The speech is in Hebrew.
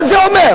מה זה אומר?